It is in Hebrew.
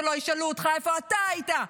שלא ישאלו אותך איפה אתה היית,